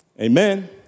Amen